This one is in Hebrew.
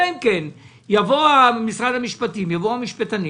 אלא אם כן יבואו המשפטנים במשרד המשפטים